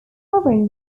covering